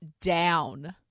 down